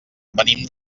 venim